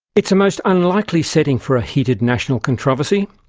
it's a most unlikely setting for a heated national controversy.